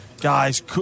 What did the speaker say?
guys